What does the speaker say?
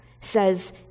says